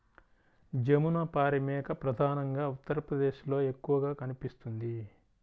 జమునపారి మేక ప్రధానంగా ఉత్తరప్రదేశ్లో ఎక్కువగా కనిపిస్తుంది